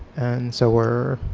and so we're